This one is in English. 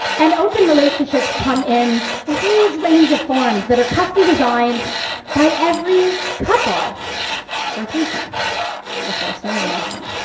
and open relationships come in a huge range of forms that are custom designed by every couple or threesome or foursome, or moresome,